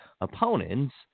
opponents